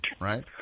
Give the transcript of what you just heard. Right